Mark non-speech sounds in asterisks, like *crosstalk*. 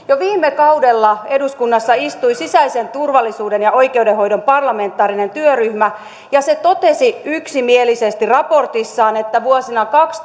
*unintelligible* jo viime kaudella eduskunnassa istui sisäisen turvallisuuden ja oikeudenhoidon parlamentaarinen työryhmä ja se totesi yksimielisesti raportissaan että vuosina